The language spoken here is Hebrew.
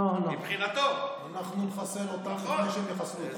אנחנו נחסל אותם לפני שהם יחסלו אותנו.